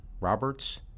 Roberts